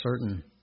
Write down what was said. certain